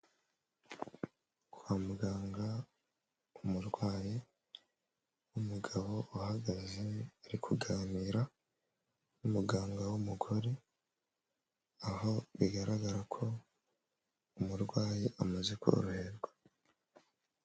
Kwa muganga umurwayi w'umugabo uhagaze ari kuganira n'umuganga w'umugore , aho bigaragara ko umurwayi amaze koroherwa.